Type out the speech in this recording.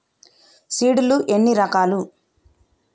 Seed లు ఎన్ని రకాలు?